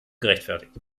gerechtfertigt